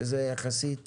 שזה יחסית